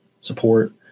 support